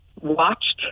watched